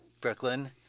Brooklyn